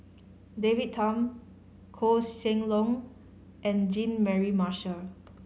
David Tham Koh Seng Leong and Jean Mary Marshall